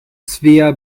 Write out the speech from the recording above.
svea